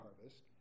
harvest